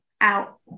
out